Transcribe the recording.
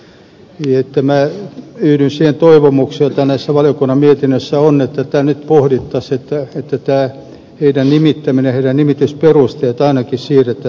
minä yhdyn siihen toivomukseen joka näissä valiokunnan mietinnöissä on että tätä nyt pohdittaisiin että tämä heidän nimittämisensä ja heidän nimitysperusteensa ainakin siirrettäisiin lakitasolle